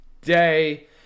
day